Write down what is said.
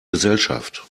gesellschaft